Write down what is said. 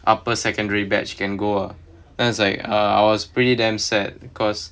upper secondary batch can go ah then I was like ah I was pretty damn sad because